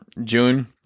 June